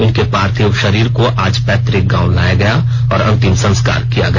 उनके पार्थिव शरीर को आज पैतृक गांव लाया गया और अंतिम संस्कार किया गया